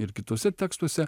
ir kituose tekstuose